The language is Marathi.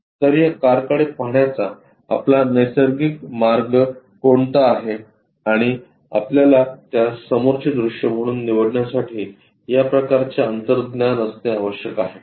तर त्या कारकडे पाहण्याचा आपला नैसर्गिक मार्ग कोणता आहे आणि आपल्याला त्यास समोरचे दृश्य म्हणून निवडण्यासाठी या प्रकारचे अंतर्ज्ञान असणे आवश्यक आहे